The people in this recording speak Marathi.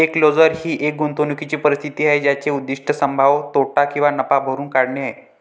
एन्क्लोजर ही एक गुंतवणूकीची परिस्थिती आहे ज्याचे उद्दीष्ट संभाव्य तोटा किंवा नफा भरून काढणे आहे